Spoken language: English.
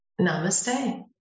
namaste